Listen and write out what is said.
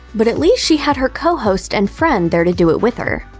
but at least she had her co-host and friend there to do it with her,